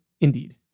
Indeed